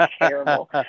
terrible